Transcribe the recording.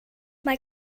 mae